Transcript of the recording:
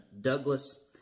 Douglas